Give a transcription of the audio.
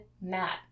Matt